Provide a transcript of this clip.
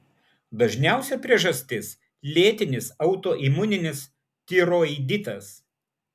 dažniausia priežastis lėtinis autoimuninis tiroiditas